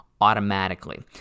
automatically